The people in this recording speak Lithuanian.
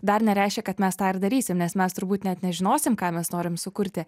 dar nereiškia kad mes tą darysim nes mes turbūt net nežinosim ką mes norim sukurti